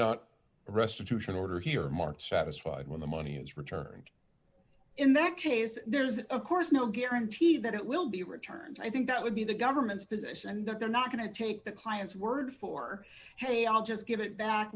the restitution order here marked satisfied when the money is returned in that case there is of course no guarantee that it will be returned i think that would be the government's position and that they're not going to take the clients word for hey i'll just give it back